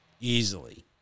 easily